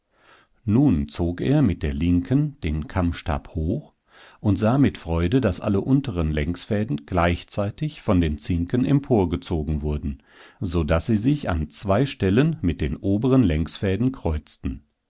nun zog er mit der linken den kammstab hoch und sah mit freude daß alle unteren längsfäden gleichzeitig von den zinken emporgezogen wurden so daß sie sich an zwei stellen mit den oberen längsfäden kreuzten